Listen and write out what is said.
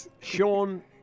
Sean